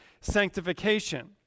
sanctification